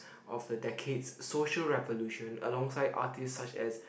of the decades social revolution alongside artists such as